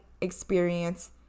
experience